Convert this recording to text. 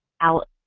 out